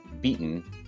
beaten